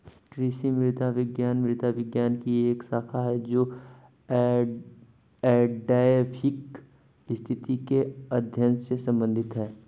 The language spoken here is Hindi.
कृषि मृदा विज्ञान मृदा विज्ञान की एक शाखा है जो एडैफिक स्थिति के अध्ययन से संबंधित है